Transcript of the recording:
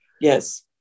Yes